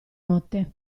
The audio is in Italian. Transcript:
notte